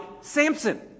Samson